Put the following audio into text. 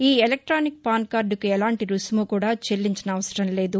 ఈ electronic PAN కార్డుకు ఎలాంటి రుసుము కూడా చెల్లించనవసరం లేదు